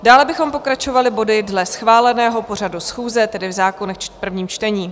Dále bychom pokračovali body dle schváleného pořadu schůze, tedy v zákonech v prvním čtení.